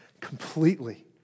completely